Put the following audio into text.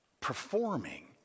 performing